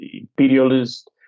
imperialist